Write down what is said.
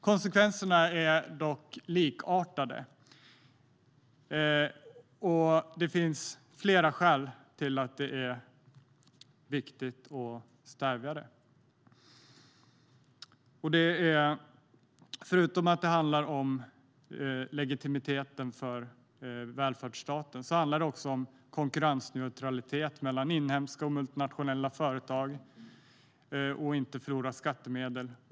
Konsekvenserna är dock likartade, och det finns flera skäl till att det är viktigt att stävja skatteundandragandet. Förutom att det handlar om legitimiteten för välfärdsstaten handlar det också om konkurrensneutralitet mellan inhemska och multinationella företag och om att inte förlora skattemedel.